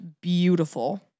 beautiful